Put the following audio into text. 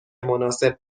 مناسب